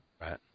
Right